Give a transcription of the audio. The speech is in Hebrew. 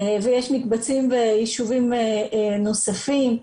ויש מקבצים ביישובים נוספים.